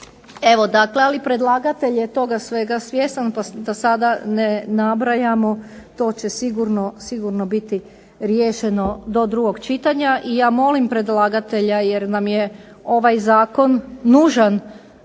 Evo dakle, ali predlagatelj je toga svega svjestan pa da sada ne nabrajamo to će sigurno biti riješeno do drugog čitanja. I ja molim predlagatelja jer nam je ovaj zakon nužan